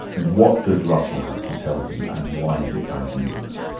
what does russell have to tell him, and why is it bad news?